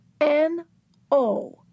N-O